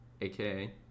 aka